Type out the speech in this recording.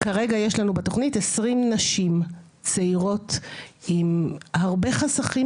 כרגע יש לנו בתוכנית 20 נשים צעירות עם הרבה חסכים